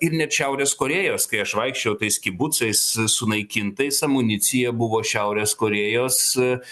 ir net šiaurės korėjos kai aš vaikščiojau tais kibucais sunaikintais amunicija buvo šiaurės korėjos